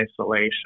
isolation